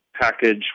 package